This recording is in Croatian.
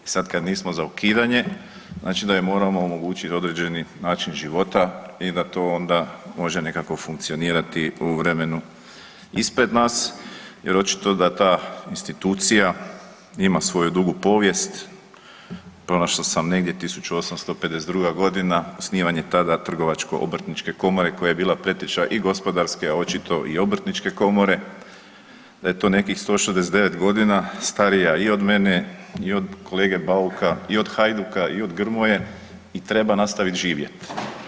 Sad kad nismo za ukidanje znači da joj moramo omogućiti određeni način života i da to ona može nekako funkcionirati u vremenu ispred nas jer očito da ta institucija ima svoju dugu povijest pronašao sam negdje 1952. godina osnivanje tada trgovačko obrtničke komore koja je bila preteča i Gospodarske, a očito i Obrtničke komore, da je to nekih 169 godina, starija i od mene i od kolege Bauka i od Hajduka i od Grmoje i treba nastaviti živjeti.